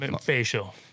Facial